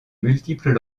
multiples